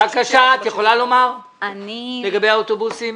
בבקשה, את יכולה לומר לגבי האוטובוסים?